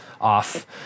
off